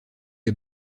est